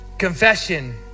confession